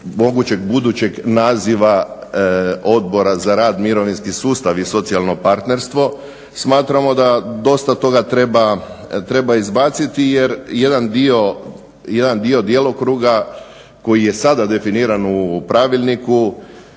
mogućeg budućeg naziva Odbora za rad, mirovinski sustav i socijalno partnerstvo smatramo da dosta toga treba izbaciti jer jedan dio djelokruga koji je sada definiran u pravilniku